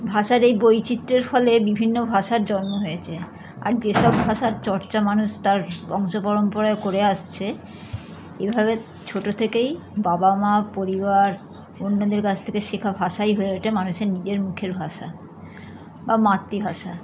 ভাষার এই বৈচিত্র্যের ফলে বিভিন্ন ভাষার জন্ম হয়েছে আর যেসব ভাষার চর্চা মানুষ তার বংশ পরম্পরায় করে আসছে এভাবে ছোটো থেকেই বাবা মা পরিবার অন্যদের কাছ থেকে শেখা ভাষাই হয়ে ওঠে মানুষের নিজের মুখের ভাষা বা মাতৃভাষা